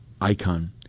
icon